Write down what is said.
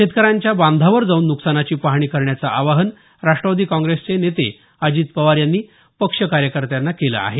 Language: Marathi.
शेतकऱ्यांच्या बांधावर जाऊन नुकसानाची पाहणी करण्याचं आवाहन राष्ट्रवादी काँग्रेसचे नेते अजित पवार यांनी पक्ष कार्यकर्त्यांना केलं आहे